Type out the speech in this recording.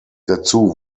dazu